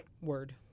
Word